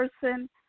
person